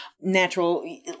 natural